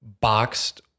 boxed